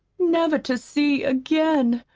never to see again!